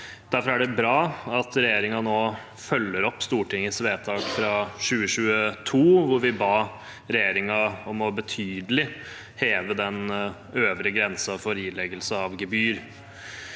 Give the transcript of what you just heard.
Derfor er det bra at regjeringen nå følger opp Stortingets vedtak fra 2022, hvor vi ba regjeringen heve den øvre grensen for ileggelse av gebyr